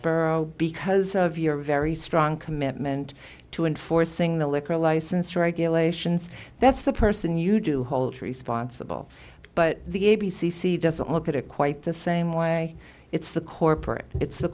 foxboro because of your very strong commitment to enforcing the liquor license regulations that's the person you do hold responsible but the a b c c doesn't look at it quite the same way it's the corporate it's the